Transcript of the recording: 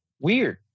weird